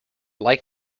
like